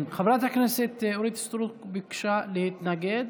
חברת הכנסת אורית סטרוק ביקשה להתנגד.